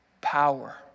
power